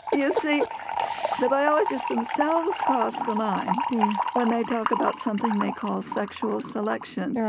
yeah so the biologists themselves cross the line when they talk about something they call sexual selection,